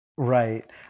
Right